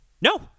No